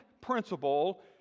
principle